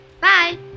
bye